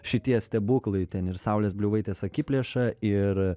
šitie stebuklai ten ir saulės bliuvaitės akiplėša ir